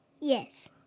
Yes